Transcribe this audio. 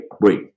wait